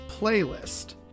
playlist